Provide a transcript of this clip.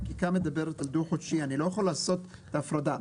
החקיקה מדברת על דוח חודשי ואני לא יכול לעשות את ההפרדה.